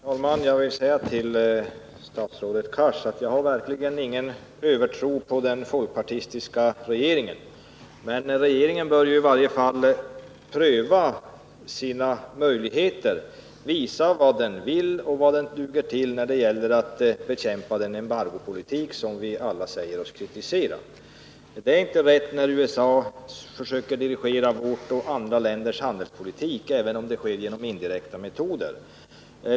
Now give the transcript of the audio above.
Herr talman! Jag vill säga till statsrådet Cars att jag verkligen inte har någon övertro på den folkpartistiska regeringen, men den bör i varje fall få pröva sina möjligheter och visa vad den vill och vad den duger till när det gäller att bekämpa den embargopolitik som vi alla säger oss kritisera. Det är inte riktigt att USA skall försöka dirigera vårt lands och andra länders handelspolitik, även om det sker genom indirekta metoder.